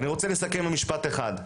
אני רוצה לסכם במשפט אחד.